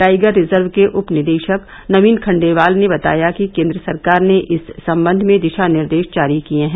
tiger reserve के उप निदेशक नयीन खंडेलवाल ने बताया कि केंद्र सरकार ने इस संबंध में दिशानिर्देश जारी किए हैं